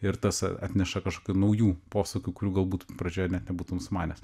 ir tas atneša kažkokių naujų posūkių kurių galbūt pradžioje net nebūtum sumanęs